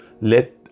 Let